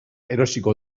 erosiko